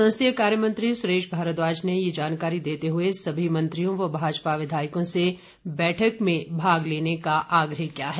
संसदीय कार्यमंत्री सुरेश भारद्वाज ने ये जानकारी देते हुए सभी मंत्रियों व भाजपा विधायकों से बैठक में भाग लेने का आग्रह किया है